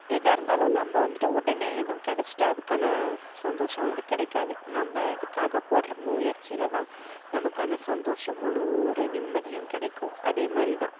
எதாக இருந்தாலும் நம்ம வந்துட்டு உடனே எதுவும் கெடைச்சிட்டா அதுக்கான சந்தோஷம் வந்து கிடைக்காது நம்ம அதுக்காக போடுகிற முயற்சியில் தான் நமக்கான சந்தோஷம் முழு ஒரு நிம்மதியும் கிடைக்கும் அதே மாதிரி தான்